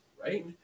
right